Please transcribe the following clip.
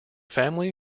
family